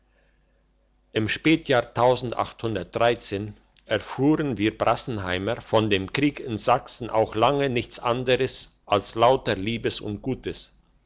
im spätjahr erfuhren wir brassenheimer von dem krieg in sachsen auch lange nichts anders als lauter liebes und gutes